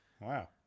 Wow